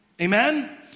Amen